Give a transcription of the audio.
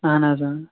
اَہَن حظ